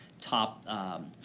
top